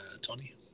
Tony